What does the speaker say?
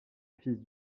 fils